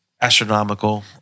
astronomical